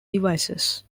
devices